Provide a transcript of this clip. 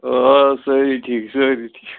آ سٲری ٹھیٖک سٲری ٹھیٖک